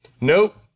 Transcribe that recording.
Nope